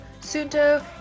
Sunto